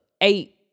eight